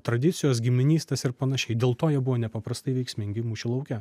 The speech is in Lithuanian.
tradicijos giminystės ir panašiai dėl to jie buvo nepaprastai veiksmingi mūšio lauke